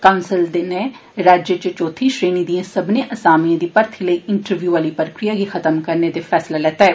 council ने राज्य इच चौथी श्रेणी दियें सब्बनें आसामियें दी भर्ती लेई इंटरव्यू आती प्रक्रिया गी खत्म करने दे फैसला लैत्ता ऐ